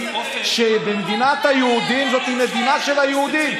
שמדינת היהודים זאת המדינה של היהודים.